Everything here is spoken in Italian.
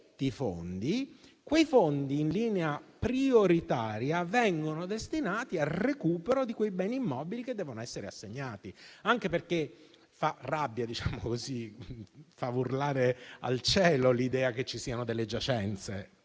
quei fondi in linea prioritaria vengano destinati al recupero di quei beni immobili che devono essere assegnati. Anche perché fa urlare al cielo per la rabbia l'idea che ci siano delle giacenze